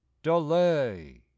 Delay